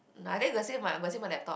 are they the same [what] the same on laptop